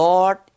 Lord